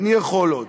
איני יכול עוד.